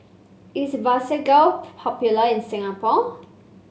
is Vagisil popular in Singapore